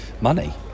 money